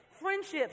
friendships